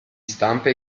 stampa